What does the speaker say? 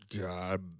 God